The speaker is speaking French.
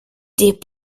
des